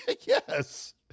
Yes